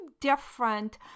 different